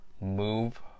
move